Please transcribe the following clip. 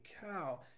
cow